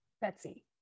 Betsy